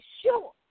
sure